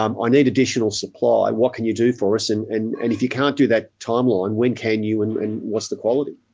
um ah need additional supply. what can you do for us? and and and if you can't do that timeline when can you and what's the quality?